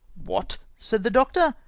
what! said the doctor,